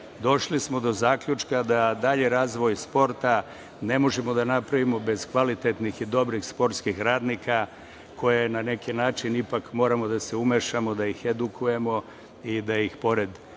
Došli smo do zaključka da dalji razvoj sporta ne možemo da napravimo bez kvalitetnih i dobrih sportskih radnika, koje na neki način ipak moramo da se umešamo, da ih edukujemo i da ih pored